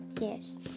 Yes